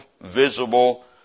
visible